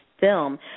film